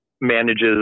manages